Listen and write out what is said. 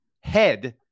head